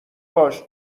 باش